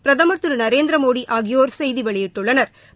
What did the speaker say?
பிரதமா் திருநரேந்திரமோடிஆகியோா் செய்திவெளியிட்டுள்ளனா்